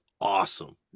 awesome